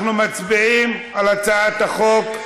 אנחנו מצביעים על הצעת החוק.